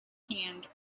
hand